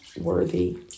worthy